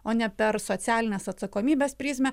o ne per socialinės atsakomybės prizmę